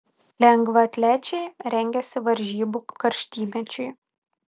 lengvaatlečiai rengiasi varžybų karštymečiui